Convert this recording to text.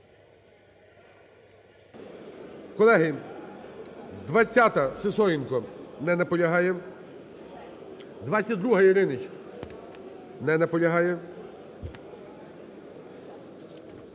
Колеги, 20-а, Сисоєнко. Не наполягає. 22-а, Яриніч. Не наполягає.